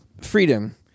freedom